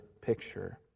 picture